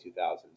2000s